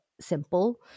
simple